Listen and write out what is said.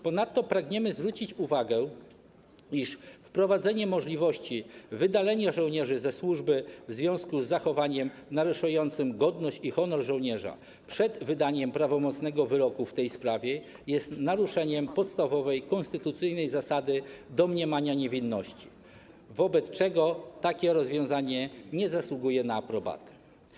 Ponadto pragniemy zwrócić uwagę, że wprowadzenie możliwości wydalenia żołnierzy ze służby w związku z zachowaniem naruszającym godność i honor żołnierza przed wydaniem prawomocnego wyroku w tej sprawie, jest naruszeniem podstawowej, konstytucyjnej zasady domniemania niewinności, wobec czego takie rozwiązanie nie zasługuje na aprobatę.